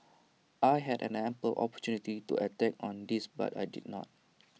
I had an ample opportunity to attack on this but I did not